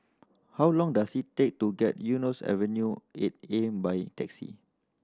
how long does it take to get Eunos Avenue Eight A by taxi